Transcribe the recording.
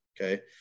Okay